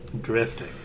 drifting